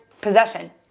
possession